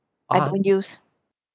I don't use